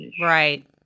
Right